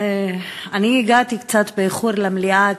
אני הגעתי קצת באיחור למליאה,